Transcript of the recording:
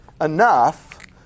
enough